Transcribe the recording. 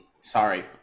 Sorry